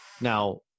Now